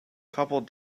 couple